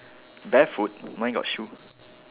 barefoot mine got shoe